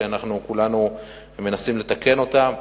שכולנו מנסים לתקן אותה,